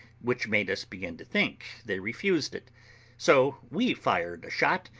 which made us begin to think they refused it so we fired a shot,